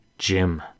Jim